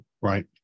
Right